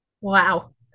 Wow